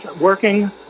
working